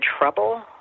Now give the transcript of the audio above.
trouble